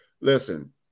listen